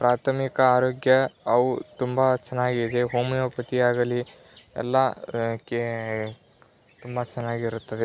ಪ್ರಾಥಮಿಕ ಆರೋಗ್ಯ ಅವು ತುಂಬ ಚೆನ್ನಾಗಿದೆ ಹೋಮಿಯೋಪತಿಯಾಗಲಿ ಎಲ್ಲ ಕೇ ತುಂಬ ಚೆನ್ನಾಗಿರುತ್ತದೆ